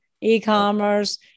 e-commerce